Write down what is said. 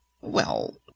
Well